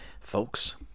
folks